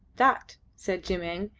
that, said jim-eng,